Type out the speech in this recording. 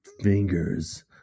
fingers